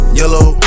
yellow